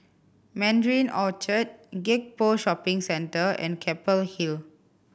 Mandarin Orchard Gek Poh Shopping Centre and Keppel Hill